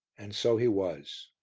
and so he was.